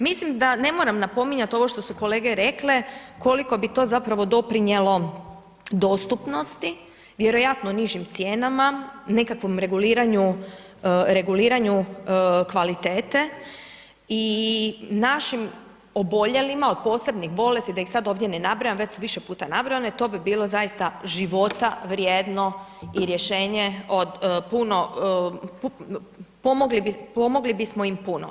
Mislim da ne moram napominjati, ovo što su kolege rekle, koliko bi to zapravo doprinijelo dostupnosti vjerojatno nižim cijenama, nekakvom reguliranju kvaliteta i našim oboljelima od posebnih bolesti, da ih sada ovdje ne nabrajam, već su više puta nabrajane, to bi bilo zaista života vrijedno i rješenje, pomogli bismo im puno.